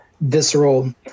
visceral